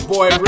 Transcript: Boy